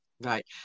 Right